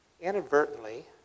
inadvertently